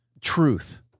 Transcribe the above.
truth